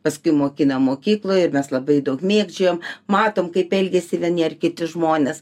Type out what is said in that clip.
paskui mokina mokykloj ir mes labai daug mėgdžioja matom kaip elgiasi vieni ar kiti žmonės